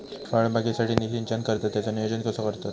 फळबागेसाठी सिंचन करतत त्याचो नियोजन कसो करतत?